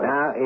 Now